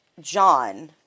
John